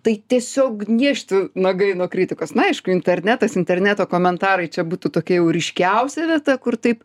tai tiesiog niežti nagai nuo kritikos na aišku internetas interneto komentarai čia būtų tokia jau ryškiausia vieta kur taip